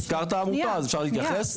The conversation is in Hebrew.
הזכרת את העמותה, אז אפשר להתייחס?